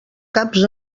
caps